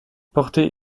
porter